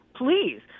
Please